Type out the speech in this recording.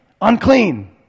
unclean